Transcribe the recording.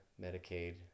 Medicaid